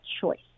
choice